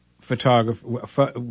photographer